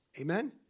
Amen